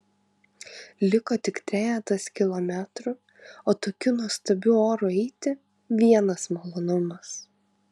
liko tik trejetas kilometrų o tokiu nuostabiu oru eiti vienas malonumas